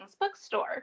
bookstore